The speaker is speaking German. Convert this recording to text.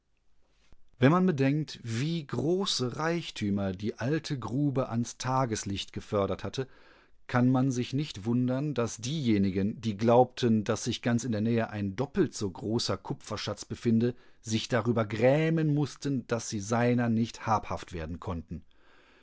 wenn man bedenkt wie große reichtümer die alte grube ans tageslicht gefördert hatte kann man sich nicht wundern daß diejenigen die glaubten daß sich ganz in der nähe ein doppelt so großer kupferschatz befinde sich darüber grämen mußten daß sie seiner nicht habhaft werden konnten